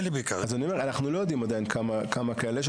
אני אומר, אנחנו עדיין לא יודעים כמה כאלה יש.